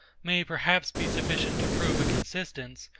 may perhaps be sufficient to prove a consistence,